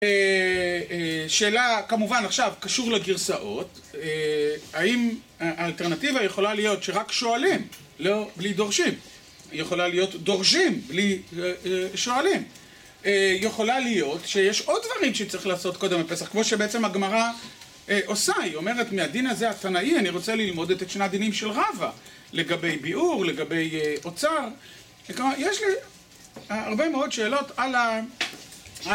שאלה, כמובן, עכשיו, קשור לגרסאות. האם האלטרנטיבה יכולה להיות שרק שואלים, לא בלי דורשים? יכולה להיות דורשים בלי שואלים. יכולה להיות שיש עוד דברים שצריך לעשות קודם לפסח, כמו שבעצם הגמרא עושה. היא אומרת, מהדין הזה התנאי, אני רוצה ללמוד את שני הדינים של רווה לגבי ביאור, לגבי אוצר. וכמובן, יש לי הרבה מאוד שאלות על...